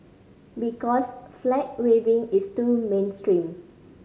because flag waving is too mainstream